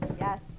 Yes